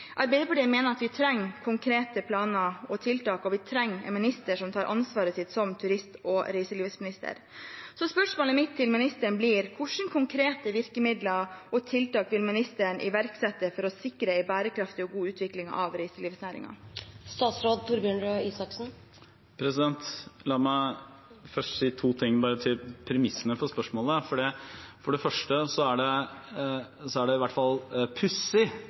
Arbeiderpartiet mener at vi trenger konkrete planer og tiltak, og vi trenger en minister som tar ansvaret sitt som turist- og reiselivsminister. Så spørsmålet mitt til ministeren blir: Hvilke konkrete virkemidler og tiltak vil han iverksette for å sikre en bærekraftig og god utvikling av reiselivsnæringen? La meg først bare si to ting til premissene for spørsmålet. For det første er det i hvert fall pussig